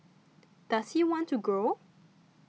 does he want to grow